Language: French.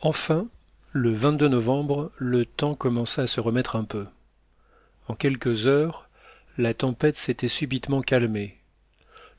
enfin le novembre le temps commença à se remettre un peu en quelques heures la tempête s'était subitement calmée